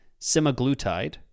semaglutide